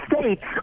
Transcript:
states